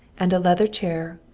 and a leather chair,